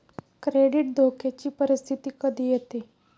credit धोक्याची परिस्थिती कधी येते